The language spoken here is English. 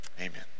Amen